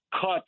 cut